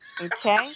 Okay